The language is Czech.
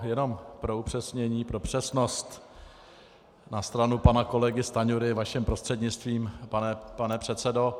Jenom pro upřesnění, pro přesnost na stranu pana kolegy Stanjury, vaším prostřednictvím, pane předsedo.